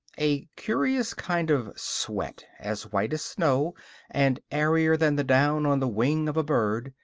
a curious kind of sweat, as white as snow and airier than the down on the wing of a bird,